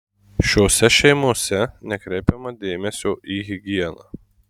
šiose šeimose nekreipiama dėmesio į higieną